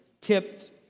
tipped